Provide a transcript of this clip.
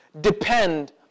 depend